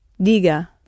Diga